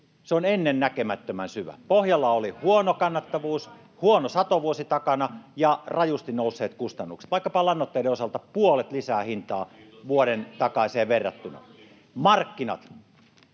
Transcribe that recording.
perussuomalaisten ryhmästä] Pohjalla oli huono kannattavuus, huono satovuosi takana ja rajusti nousseet kustannukset, vaikkapa lannoitteiden osalta puolet lisää hintaa vuoden takaiseen verrattuna. Markkinat